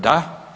Da.